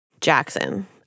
Jackson